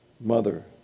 mother